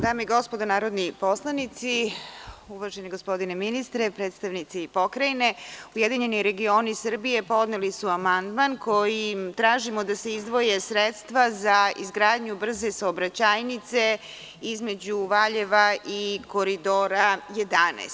Dame i gospodo narodni poslanici, uvaženi gospodine ministre, predstavnici pokrajine, Ujedinjeni regioni Srbije, podneli su amandman kojim tražimo da se izdvoje sredstva za izgradnju brze saobraćajnice između Valjeva i Koridora 11.